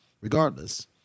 Regardless